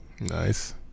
nice